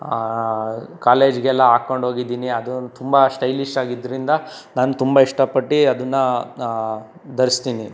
ಕಾಲೇಜ್ಗೆಲ್ಲ ಹಾಕೊಂಡ್ ಹೋಗಿದ್ದೀನಿ ಅದು ತುಂಬ ಸ್ಟೈಲಿಶ್ ಆಗಿದ್ದರಿಂದ ನಾನು ತುಂಬ ಇಷ್ಟಪಟ್ಟು ಅದನ್ನು ಧರಿಸ್ತೀನಿ